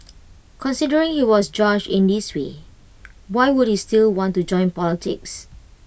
considering he was judged in this way why would he still want to join politics